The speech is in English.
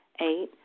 Eight